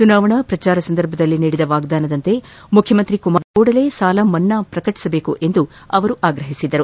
ಚುನಾವಣಾ ಪ್ರಚಾರ ಸಂದರ್ಭದಲ್ಲಿ ನೀಡಿದ ವಾಗ್ಗಾನದಂತೆ ಮುಖ್ಯಮಂತ್ರಿ ಕುಮಾರಸ್ಥಾಮಿಯವರು ಕೂಡಲೇ ಸಾಲಿ ಮನ್ನಾ ಪ್ರಕಟಿಸಬೇಕೆಂದು ಅವರು ಆಗ್ರಹಿಸಿದರು